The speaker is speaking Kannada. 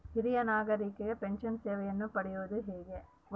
ಹಿರಿಯ ನಾಗರಿಕರಿಗೆ ಪೆನ್ಷನ್ ಸೇವೆಯನ್ನು ಪಡೆಯುವುದು ಹೇಗೆ?